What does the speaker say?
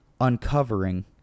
uncovering